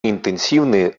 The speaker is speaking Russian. интенсивные